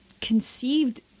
conceived